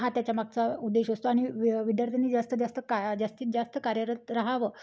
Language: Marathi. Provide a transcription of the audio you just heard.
हा त्याच्या मागचा उद्देश असतो आणि वि विद्यार्थ्यांनी जास्तीत जास्त का जास्तीत जास्त कार्यरत रहावं